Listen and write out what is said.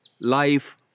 life